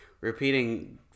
repeating